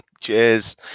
Cheers